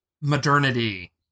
modernity